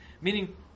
Meaning